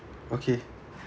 okay